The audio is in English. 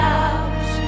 out